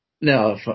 no